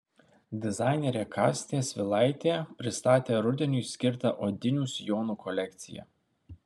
dizainerė kastė svilaitė pristatė rudeniui skirtą odinių sijonų kolekciją